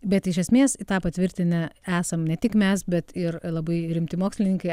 bet iš esmės tą patvirtinę esam ne tik mes bet ir labai rimti mokslininkai